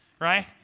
right